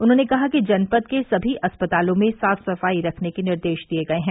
उन्होंने कहा कि जनपद के सभी अस्पतालों में साफ सफाई रखने के निर्देश दिए गए हैं